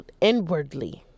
inwardly